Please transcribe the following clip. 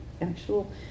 actual